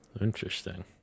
Interesting